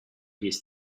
his